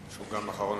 שהוא גם אחרון